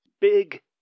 big